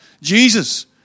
Jesus